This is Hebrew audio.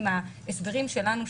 עם ההסדרים שלנו,